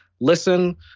Listen